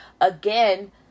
again